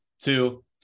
Two